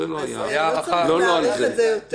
זה צריך להיות בארבע עיניים.